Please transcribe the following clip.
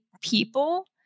people